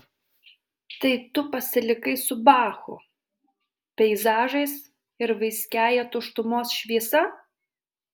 tai tu pasilikai su bachu peizažais ir vaiskiąja tuštumos šviesa